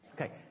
Okay